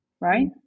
right